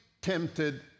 tempted